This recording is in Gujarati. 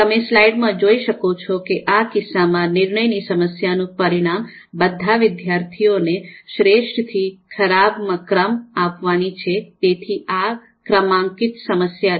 તમે સ્લાઇડમાં જોઈ શકો છો કે આ કિસ્સામાં નિર્ણયની સમસ્યા નું પરિણામ બધા વિદ્યાર્થીઓને શ્રેષ્ઠ થી ખરાબમાં ક્રમ આપવાની છે તેથી આ ક્રમાંકિત સમસ્યા છે